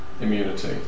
immunity